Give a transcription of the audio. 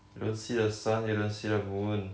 you don't see the sun you don't see the moon